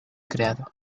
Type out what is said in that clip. creado